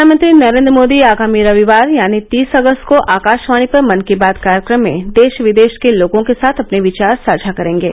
प्रधानमंत्री नरेंद्र मोदी आगामी रविवार यानी तीस अगस्त को आकाशवाणी पर मन की बात कार्यक्रम में देश विदेश के लोगों के साथ अपने विचार साझा करेंगे